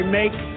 make